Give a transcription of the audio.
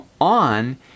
on